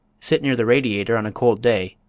sit near the radiator on a cold day,